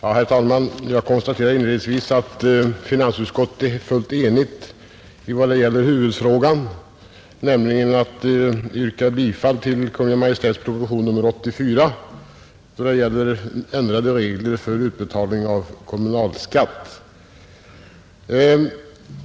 Herr talman! Jag konstaterar inledningsvis att finansutskottet är fullt enigt i huvudfrågan, nämligen att yrka bifall till Kungl. Maj:ts proposition nr 84 angående ändrade regler för utbetalning av kommunalskatt.